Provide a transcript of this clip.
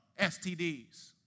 STDs